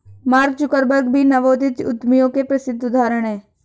mark Zuckerberg भी नवोदित उद्यमियों के प्रसिद्ध उदाहरण हैं